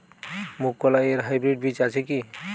মুগকলাই এর হাইব্রিড বীজ আছে কি?